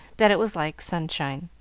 that it was like sunshine.